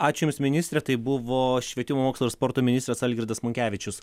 ačiū jums ministre tai buvo švietimo mokslo ir sporto ministras algirdas monkevičius